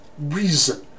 reason